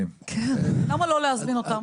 למה לא להזמין אותם?